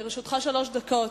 לרשותך שלוש דקות.